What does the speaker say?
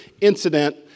incident